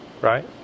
right